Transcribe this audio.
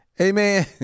Amen